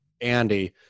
andy